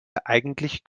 eigentlich